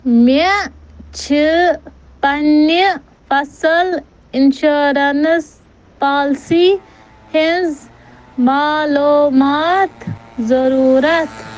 مےٚ چھِ پَننہِ فصٕل انشوریٛنٕس پوٛالسی ہنٛز معلوٗمات ضروٗرت